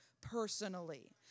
personally